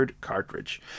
cartridge